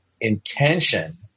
intention